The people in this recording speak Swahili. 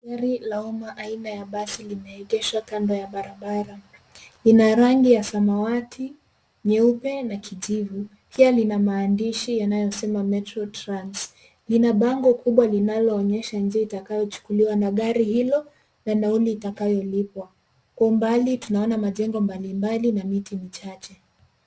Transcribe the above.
Gari la umma aina ya basi lime egeshwa kando ya barabara, lina rangi ya samawati, nyeupe na kijivu pia lina maandishi yanayosema Metro Trans . Lina bango kubwa linalo onyesha njia itakayo chukuliwa na gari hilo na nauli itakayo lipwa kwa umbali tunaona majengo mbalimbali na miti michache.